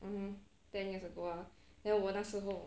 um hmm ten years ago ah then 我那时候